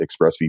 ExpressVPN